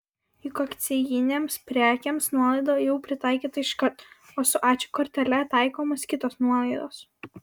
juk akcijinėms prekėms nuolaida jau pritaikyta iškart o su ačiū kortele taikomos kitos nuolaidos